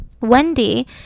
Wendy